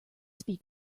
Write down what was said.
speak